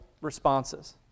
responses